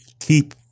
keep